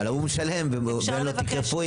אבל הוא משלם ואין לו תיק רפואי.